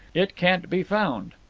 it can't be found.